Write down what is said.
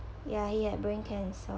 ya he had brain cancer